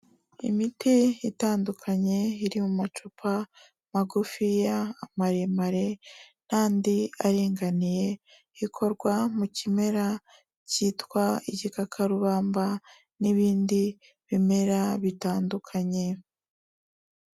Imiti itandukanye iri mu macupa magufiya, amaremare, n'andi aringaniye ikorwa mu kimera cyitwa igikakarubamba n'ibindi bimera bitandukanye.